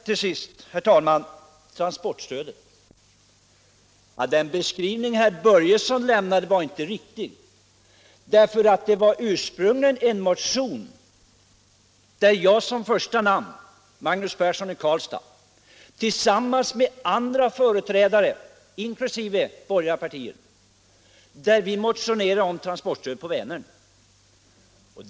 Till sist, herr talman! Den beskrivning av transportstödet som herr Börjesson lämnade var inte riktig. Det var ursprungligen i en motion med mitt namn — Magnus Persson i Karlstad — överst tillsammans med andra motionärer, inkl. företrädare för borgerliga partier, som frågan om transportstöd på Vänern togs upp.